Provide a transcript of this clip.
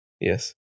Yes